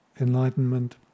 Enlightenment